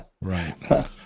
Right